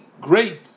great